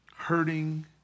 Hurting